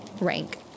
rank